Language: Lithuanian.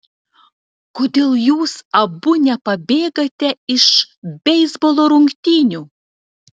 kodėl jūs abu nepabėgate iš beisbolo rungtynių